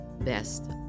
best